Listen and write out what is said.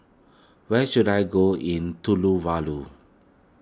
where should I go in